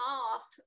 off